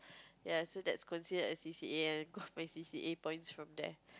ya so that's considered as C_C_A and I got my C_C_A points from there